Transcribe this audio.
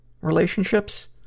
relationships